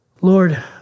Lord